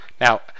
Now